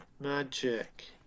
Magic